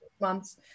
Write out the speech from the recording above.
months